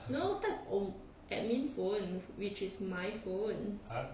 no type on admin phone which is my phone